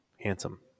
handsome